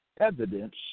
evidence